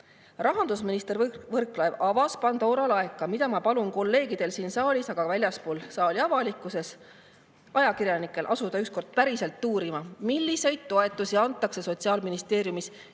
Rahandusminister Võrklaev avas Pandora laeka, mida ma palun kolleegidel siin saalis, aga ka väljaspool saali avalikkuses, ajakirjanikel, asuda ükskord päriselt uurima, milliseid toetusi antakse Sotsiaalministeeriumis